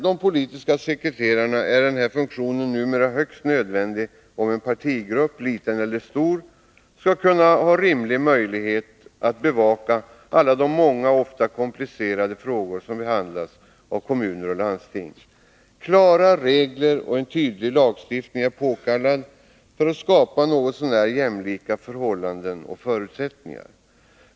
De politiska sekreterarnas funktion är numera högst nödvändig, om en partigrupp — liten eller stor — skall ha rimlig möjlighet att bevaka alla de många och ofta komplicerade frågor som behandlas av kommuner och landsting. Klara regler och en tydlig lagstiftning är påkallad för att skapa något så när jämlika förhållanden och förutsättningar.